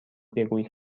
بگویید